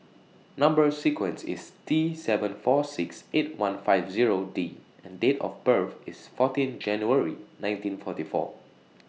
Number sequence IS T seven four six eight one five Zero D and Date of birth IS fourteen January nineteen forty four